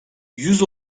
yüz